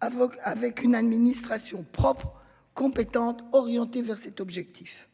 Aveugle avec une administration propre compétente orienté vers cet objectif.